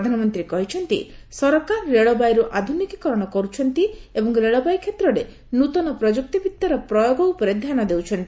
ପ୍ରଧାନମନ୍ତ୍ରୀ କହିଛନ୍ତି ସରକାର ରେଳବାଇର ଆଧୁନିକୀକରଣ କରୁଛନ୍ତି ଏବଂ ରେଳବାଇ କ୍ଷେତ୍ରରେ ନୂତନ ପ୍ରଯୁକ୍ତି ବିଦ୍ୟାର ପ୍ରୟୋଗ ଉପରେ ଧ୍ୟାନ ଦେଉଛନ୍ତି